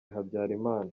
habyarimana